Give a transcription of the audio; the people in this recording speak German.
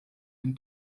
dem